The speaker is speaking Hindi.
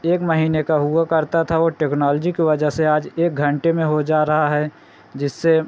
एक महीने का हुआ करता था वह टेक्नॉलजी की वजह से आज एक घंटे में हो जा रहा है जिससे